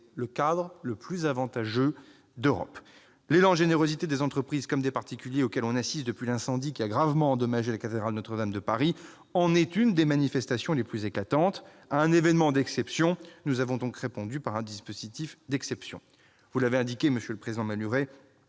est ainsi le plus avantageux d'Europe. L'élan de générosité des entreprises comme des particuliers auquel on assiste depuis l'incendie qui a gravement endommagé la cathédrale Notre-Dame de Paris en est une des manifestations les plus éclatantes. À un événement d'exception, nous avons répondu par un dispositif d'exception. En 2017, quelque 3,8 milliards d'euros